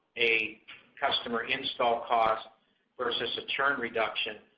a customer install cost versus the churn reduction?